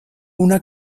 una